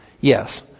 Yes